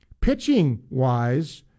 Pitching-wise